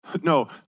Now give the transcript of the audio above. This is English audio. No